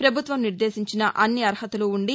పభుత్వం నిర్దేశించిన అన్ని అర్హతలు ఉండి